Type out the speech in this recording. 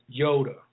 Yoda